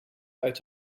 uit